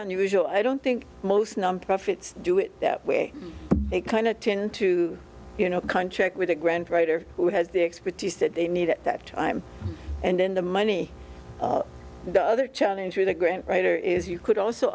unusual i don't think most non profits do it that way they kind of tend to you know contract with a grand writer who has the expertise that they need at that time and in the money the other challenge with a grant writer is you could also